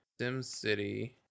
SimCity